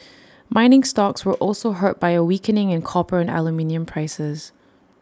mining stocks were also hurt by A weakening in copper and aluminium prices